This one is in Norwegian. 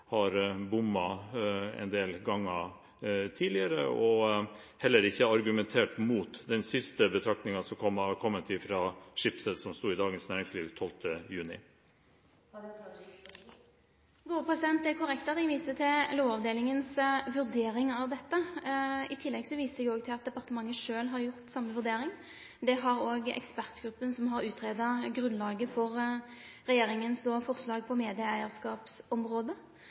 har bommet en del ganger tidligere – og heller ikke har argumentert mot den siste betraktningen som har kommet fra Schibsted, som sto i Dagens Næringsliv 12. juni i år? Det er korrekt at eg viste til Lovavdelinga si vurdering av dette. I tillegg viste eg til at departementet sjølv har gjort same vurdering. Det har òg ekspertgruppa som har greidd ut grunnlaget for regjeringa sitt forslag på